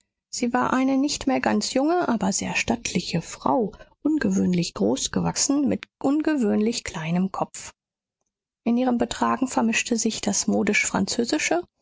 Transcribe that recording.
sie war eine nicht mehr ganz junge aber sehr stattliche frau ungewöhnlich groß gewachsen mit ungewöhnlich kleinem kopf in ihrem betragen vermischte sich das